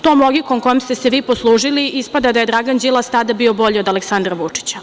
Tom logikom kojom ste se vi poslužili, ispada da je Dragan Đilas tada bio bolji od Aleksandra Vučića.